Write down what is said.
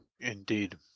Indeed